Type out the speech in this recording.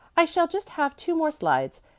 i shall just have two more slides.